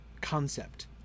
concept